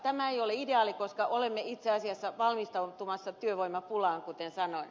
tämä ei ole ideaali koska olemme itse asiassa valmistautumassa työvoimapulaan kuten sanoin